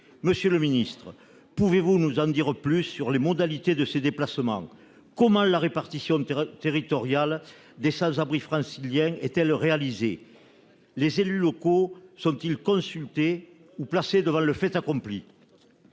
Monsieur le ministre, pouvez-vous nous en dire davantage sur les modalités de ces déplacements ? Comment la répartition territoriale des sans-abri franciliens est-elle réalisée ? Les élus locaux sont-ils consultés ou placés devant le fait accompli ?